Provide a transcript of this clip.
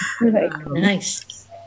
Nice